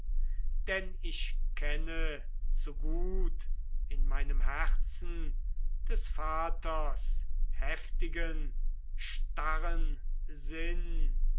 denn ich kenne zu gut in meinem herzen des vaters heftigen starren sinn